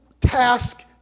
task